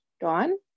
Dawn